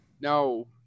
No